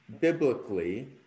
biblically